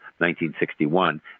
1961